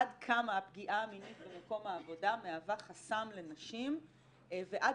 עד כמה הפגיעה המינית במקום העבודה מהווה חסם לנשים ועד